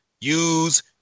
use